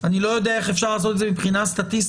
אני לא יודע איך אפשר לעשות את זה מבחינה סטטיסטית.